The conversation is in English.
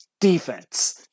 defense